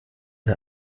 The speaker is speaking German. der